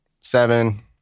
Seven